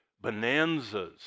bonanzas